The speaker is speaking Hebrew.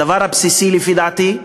הדבר הבסיסי, לפי דעתי,